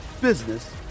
business